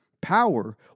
Power